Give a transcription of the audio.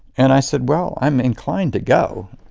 and i said, well, i'm inclined to go.